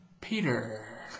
Peter